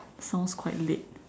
sounds quite late